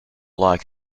like